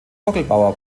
orgelbauer